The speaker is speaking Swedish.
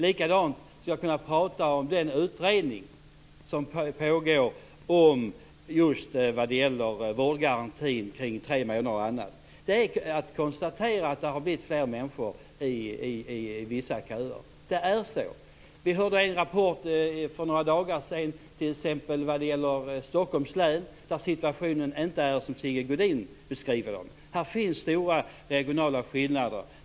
Likadant skulle jag kunna prata om den utredning som pågår om vårdgarantin, om tre månader och annat. Vi kan konstatera att det har blivit fler människor i vissa köer. Det är så. Vi hörde en rapport för några dagar sedan om att situationen för t.ex. Stockholms län inte är som Sigge Godin beskriver den. Det finns stora regionala skillnader.